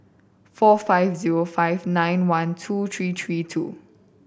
four five zero five nine one two three three two